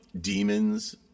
demons